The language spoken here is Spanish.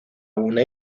una